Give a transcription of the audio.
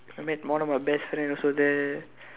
I met one of my best friend also there